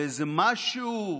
לאיזה משהו,